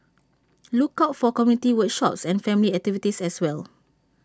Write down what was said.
look out for community workshops and family activities as well